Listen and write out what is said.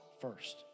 first